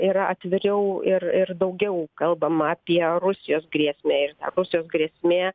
yra atviriau ir ir daugiau kalbama apie rusijos grėsmę ir rusijos grėsmė